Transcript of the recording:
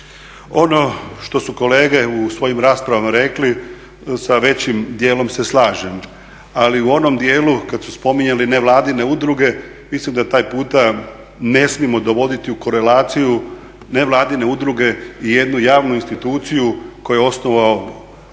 Ono što su kolege u svojim raspravama rekli sa većim dijelom se slažem. Ali u onom dijelu kada su spominjali nevladine udruge mislim da taj puta ne smijemo dovoditi u korelaciju nevladine udruge i jednu javnu instituciju koju je osnovao